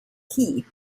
key